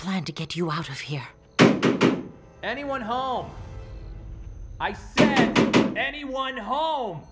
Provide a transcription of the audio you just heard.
plan to get you out of here anyone home ice anyone home